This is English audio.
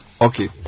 Okay